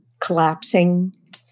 collapsing